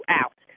out